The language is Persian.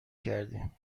کردیم